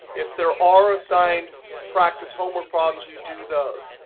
if there are assigned practice homework problems, you do those.